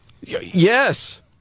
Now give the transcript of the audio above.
Yes